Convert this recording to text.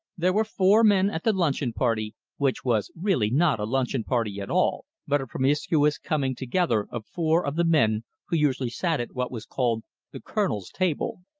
there were four men at the luncheon party, which was really not a luncheon party at all, but a promiscuous coming together of four of the men who usually sat at what was called the colonel's table.